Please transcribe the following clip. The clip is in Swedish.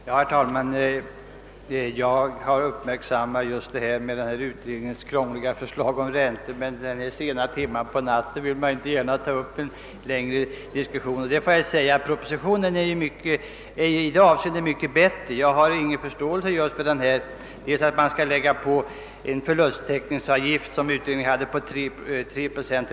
Herr talman! Jag har uppmärksammat utredningens krångliga förslag rörande räntorna, men så här i nattens sena timmar vill jag inte gärna ta upp någon längre diskussion. Jag anser emellertid att propositionens förslag i detta avseende är mycket bättre än utredningens — jag har ingen förståelse för utredningens förslag på denna punkt.